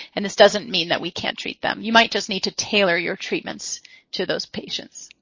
and this doesn't mean that we can't treat them. you might just need to tailor your treatments to those patients.